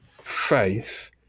faith